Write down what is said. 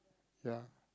ya